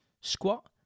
Squat